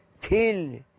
Till